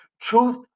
Truth